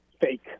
fake